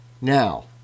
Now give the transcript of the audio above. Now